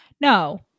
No